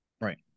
Right